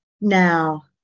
now